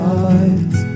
eyes